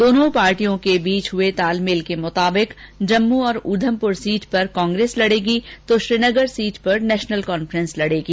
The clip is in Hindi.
दोनों पार्टियों के बीच हुए तालमेल के मुताबिक जम्मू और उधमपुर सीट पर कांग्रेस लड़ेगी तो श्रीनगर सीट पर नेशनल कांफ़ेस लड़ेगी